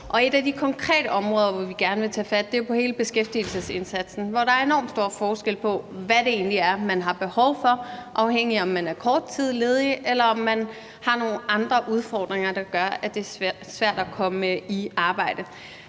Et af de konkrete områder, hvor vi gerne vil tage fat, er jo hele beskæftigelsesindsatsen, hvor der er enormt stor forskel på, hvad det egentlig er, man har behov for, afhængigt af om man er ledig kort tid eller man har nogle andre udfordringer, der gør, at det er svært at komme i arbejde.